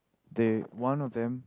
they one of them